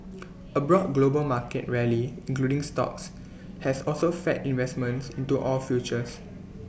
A broad global market rally including stocks has also fed investment into oil futures